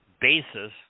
basis